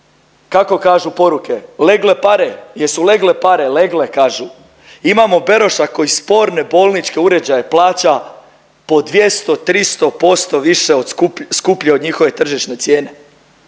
kako kažu poruke legle pare. Jesu legle pare? Legle kažu. Imamo Beroša koji sporne bolničke uređaje plaća po 200, 300% više od njihove tržišne cijene.